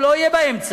הוא לא יהיה באמצע,